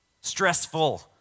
Stressful